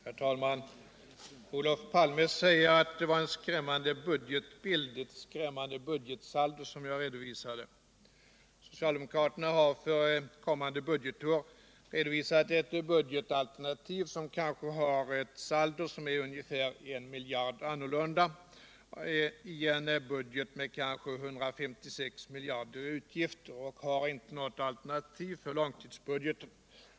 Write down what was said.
Herr talman! Olof Palme säger att jag redovisade en skrämmande budgetbild och ett skrämmande budgetsaldo. Men socialdemokraterna har för kommande budgetår redovisat ett budgetalternativ med ett saldo som skiljer på kanske 1 miljard i en budget med 156 miljarder i utgifter, och de har inte något alternativ för långtidsbudgeten.